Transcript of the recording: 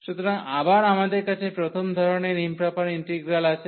সুতরাং আবার আমাদের কাছে প্রথম ধরণের ইম্প্রপার ইন্টিগ্রাল আছে